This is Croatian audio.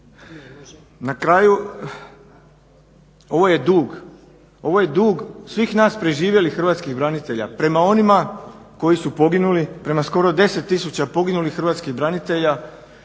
Na kraju, ovo je dug svih nas preživjelih hrvatskih branitelja prema onima koji su poginuli, prema skoro 10 tisuća poginulih hrvatskih branitelja